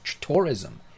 tourism